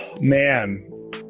man